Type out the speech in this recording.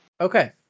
Okay